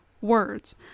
words